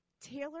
taylor